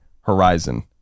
Horizon